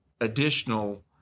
additional